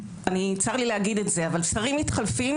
צר לי להגיד את זה: שרים מתחלפים,